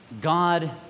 God